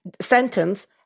sentence